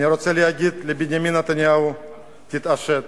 אני רוצה להגיד לבנימין נתניהו: תתעשת,